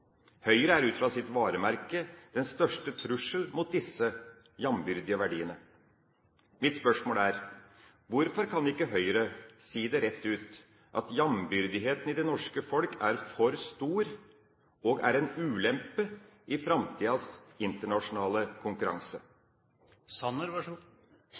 Høyre er ut fra sitt varemerke den største trusselen mot disse jambyrdige verdiene. Mitt spørsmål er: Hvorfor kan ikke Høyre si rett ut at jambyrdigheten i det norske folk er for stor og er en ulempe i framtidas internasjonale konkurranse? Her var det også en god